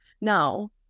No